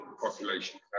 population